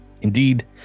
indeed